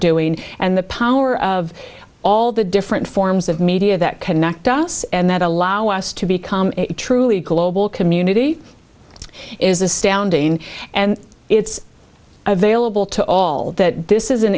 doing and the power of all the different forms of media that connect us and that allow us to become truly global community is astounding and it's available to all that this is an